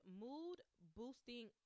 mood-boosting